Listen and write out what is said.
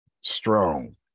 strong